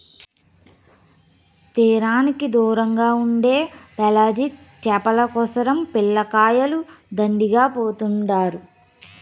తీరానికి దూరంగా ఉండే పెలాజిక్ చేపల కోసరం పిల్లకాయలు దండిగా పోతుండారు